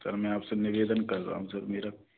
sir मैं आपसे निवेदन कर रहा हूँ सर मेरा